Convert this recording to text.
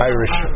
Irish